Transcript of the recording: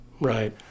Right